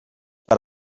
per